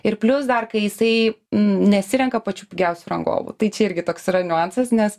ir plius dar kai jisai nesirenka pačių pigiausių rangovų tai čia irgi toks yra niuansas nes